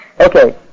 Okay